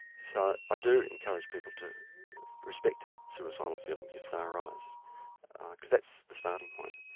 so i do encourage people to respect suicidal feelings if they arise because that's the starting point.